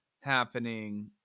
happening